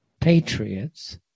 patriots